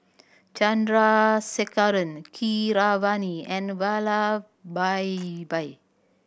Chandrasekaran Keeravani and Vallabhbhai